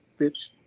bitch